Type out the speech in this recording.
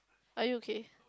are you okay